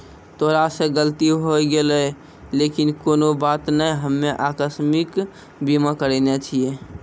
तोरा से गलती होय गेलै लेकिन कोनो बात नै हम्मे अकास्मिक बीमा करैने छिये